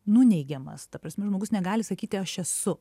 nuneigiamas ta prasme žmogus negali sakyti aš esu